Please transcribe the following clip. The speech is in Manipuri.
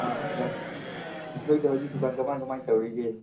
ꯑꯥ ꯚꯥꯏ ꯅꯣꯏꯗ ꯍꯧꯖꯤꯛ ꯗꯨꯀꯥꯟ ꯀꯃꯥꯏ ꯀꯃꯥꯏ ꯇꯧꯔꯤꯒꯦ